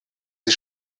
sie